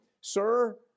sir